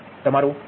તમારો આભાર